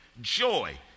joy